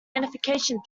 unification